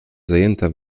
zajęta